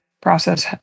process